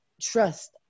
trust